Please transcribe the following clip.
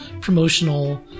promotional